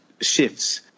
shifts